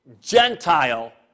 Gentile